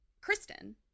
Kristen